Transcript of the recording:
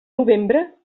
novembre